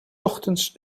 ochtends